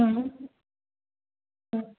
हूं ह